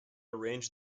arranged